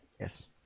Yes